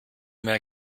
mehr